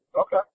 Okay